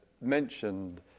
mentioned